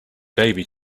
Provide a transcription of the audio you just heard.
baby